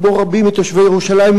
כמו רבים מתושבי ירושלים,